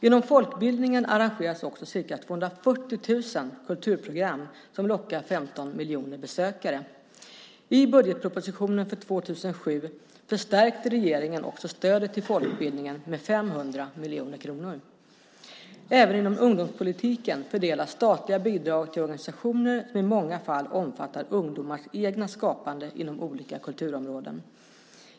Inom folkbildningen arrangeras också cirka 240 000 kulturprogram som lockar 15 miljoner besökare. I budgetpropositionen för 2007 förstärkte regeringen också stödet till folkbildningen med 500 miljoner kronor. Även inom ungdomspolitiken fördelas statliga bidrag till organisationer som i många fall omfattar ungdomars eget skapande inom olika kulturområden.